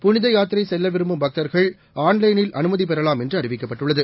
புனித யாத்திரை செல்ல விரும்பும் பக்தர்கள் ஆன்லைனில் அனுமதி பெறலாம் என்று அறிவிக்கப்பட்டுள்ளது